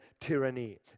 tyranny